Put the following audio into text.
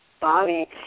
Bobby